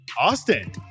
Austin